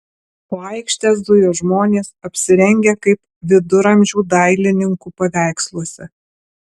po aikštę zujo žmonės apsirengę kaip viduramžių dailininkų paveiksluose